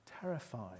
terrified